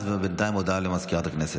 ואולי להעביר את זה ליושב-ראש